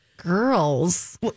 girls